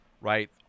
right